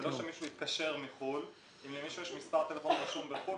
אם למישהו יש מספר טלפון רשום בחו"ל,